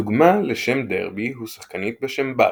דוגמה ל"שם דרבי" הוא שחקנית בשם בר